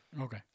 okay